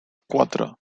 cuatro